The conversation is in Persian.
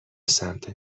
سمت